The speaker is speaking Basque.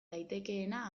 daitekeena